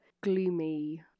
gloomy